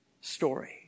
story